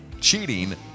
cheating